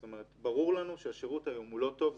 זאת אומרת, ברור לנו שהשירות היום הוא לא טוב.